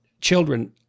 children